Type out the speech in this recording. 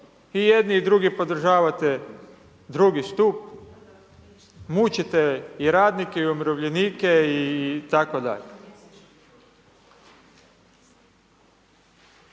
I jedni i drugi podržavate drugi stup, mučite i radnike i umirovljenike itd..